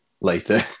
later